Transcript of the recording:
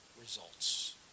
results